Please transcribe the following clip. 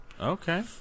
Okay